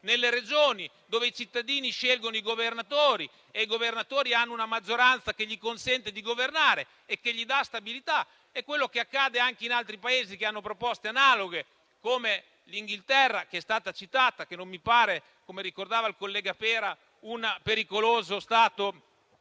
nelle Regioni, dove i cittadini scelgono i governatori e i governatori hanno una maggioranza che consente loro di governare e che dà loro stabilità. È quello che accade anche in altri Paesi come il Regno Unito, che è stato citato e che non mi pare, come ricordava il collega Pera, un pericoloso Stato